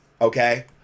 okay